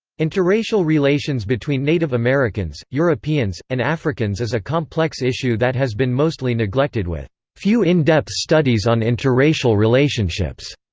interracial relations between native americans, europeans, and africans is a complex issue that has been mostly neglected with few in-depth studies on interracial relationships.